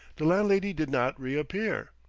the landlady did not reappear.